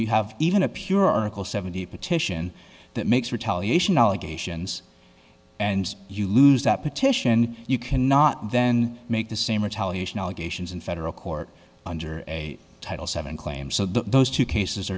you have even a pure article seventy petition that makes retaliation allegations and you lose that petition you cannot then make the same retaliation allegations in federal court under a title seven claim so those two cases